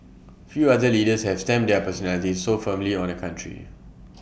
few other leaders have stamped their personalities so firmly on A country